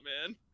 man